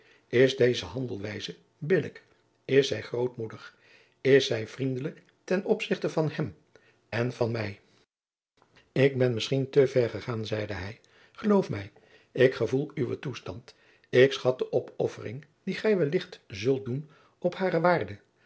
is deze handelwijze billijk is zij grootmoedig is zij vriendelijk ten opzichte van hem en van mij ik ben misschien te ver gegaan zeide hij geloof mij ik gevoel uwen toestand ik schat de opoffering die gij wellicht zult doen op hare waarde